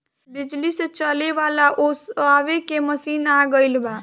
बिजली से चले वाला ओसावे के मशीन आ गइल बा